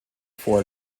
for